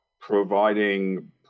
providing